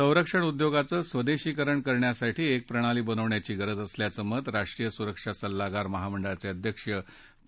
संरक्षण उद्योगाचं स्वदेशीकरण करण्यासाठी एक प्रणाली बनविण्याची गरज असल्याचं मत राष्ट्रीय सुरक्षा सल्लागार महामंडळाचे अध्यक्ष पी